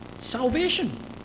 salvation